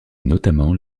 notamment